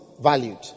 valued